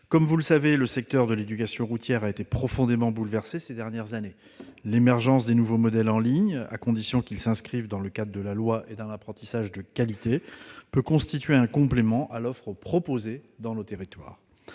Comme vous le savez, le secteur de l'éducation routière a été profondément bouleversé ces dernières années. L'émergence des nouveaux modèles en ligne, à condition qu'ils s'inscrivent dans le cadre de la loi et d'un apprentissage de qualité, peut constituer un complément à l'offre proposée dans nos territoires.